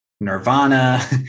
Nirvana